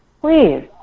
please